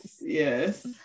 yes